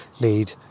need